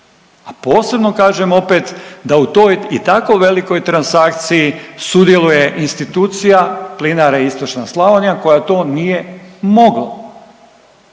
a posebno kažem opet da u toj tako velikoj transakciji sudjeluje institucija Plinare istočna Slavonija koja to nije mogla.